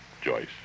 Joyce